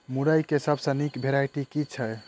मुरई केँ सबसँ निक वैरायटी केँ छै?